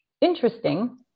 interesting